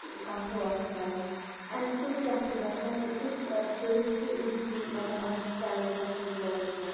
کَتھہٕ وَتھہٕ کران اَمہِ سۭتۍ کیٛاہ چھُ گَژھان أکِس ٲں شُرِس چھُ ایٖزیٖلی مطلب انٛڈرسٹینٛڈ گَژھان سورُے کیٚنٛہہ